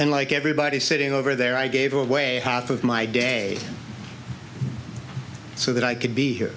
and like everybody sitting over there i gave away half of my day so that i could be here